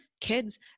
kids